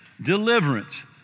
deliverance